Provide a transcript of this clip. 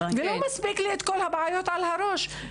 לא מספיקות לי כל הבעיות על הראש,